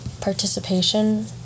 participation